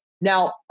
Now